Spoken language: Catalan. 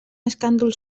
escàndol